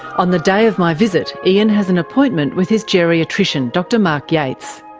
on the day of my visit, ean has an appointment with his geriatrician, dr mark yates.